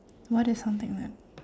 what is something like